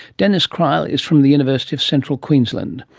denis cryle is from the university of central queensland.